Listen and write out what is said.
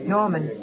Norman